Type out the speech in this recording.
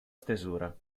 stesura